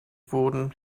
wurden